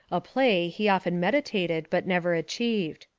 a play he often meditated but never achieved.